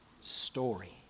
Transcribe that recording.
story